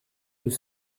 deux